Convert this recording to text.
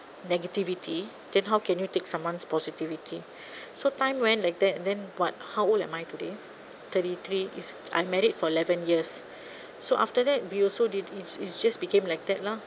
negativity then how can you take someone's positivity so time went like that and then what how old am I today thirty three is I married for eleven years so after that we also did it's it's just became like that lah